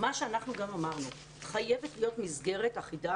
אנחנו גם אמרנו שחייבת להיות מסגרת אחידה